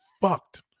fucked